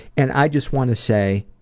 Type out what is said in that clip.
and i just want to say,